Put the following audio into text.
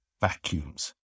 vacuums